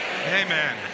Amen